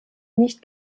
nicht